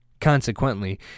Consequently